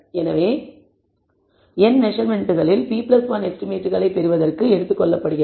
எனவே n மெசர்மென்ட்களில் p1 எஸ்டிமேட்களைப் பெறுவதற்கு எடுத்து கொள்ளப்படுகிறது